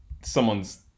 someone's